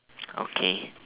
okay